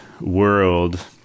world